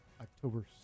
October